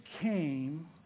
came